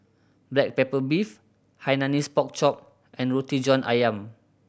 black pepper beef Hainanese Pork Chop and Roti John Ayam